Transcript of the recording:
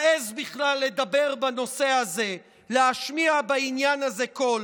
מעז בכלל לדבר בנושא הזה, להשמיע בעניין הזה קול?